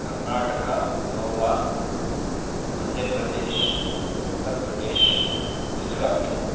Karnataka Goa Madhya Pradesh Uttar Pradesh Gujarat